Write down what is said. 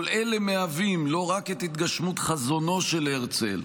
כל אלה מהווים לא רק את התגשמות חזונו של הרצל,